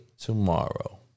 tomorrow